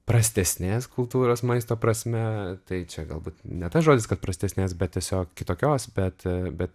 prastesnės kultūros maisto prasme tai čia galbūt ne tas žodis kad prastesnės bet tiesiog kitokios bet bet